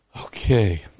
Okay